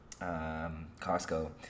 Costco